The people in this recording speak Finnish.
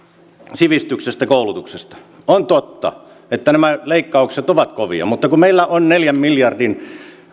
sivistyksestä ja koulutuksesta on totta että nämä leikkaukset ovat kovia mutta kun meillä on neljän miljardin